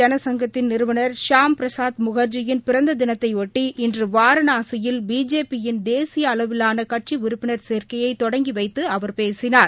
ஜனசங்கத்தின் நிறுவனர் ஷியாம் பிரசாத் முகர்ஜியின் பிறந்ததினத்தையொட்டி பாரதீய இன்றுவாணாசியில் பிஜேபி யின் தேசியஅளவிலாளகட்சிஉறுப்பினர் சேர்க்கையைதொடங்கிவைத்துஅவர் பேசினார்